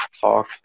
talk